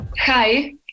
Hi